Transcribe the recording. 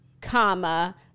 comma